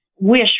wish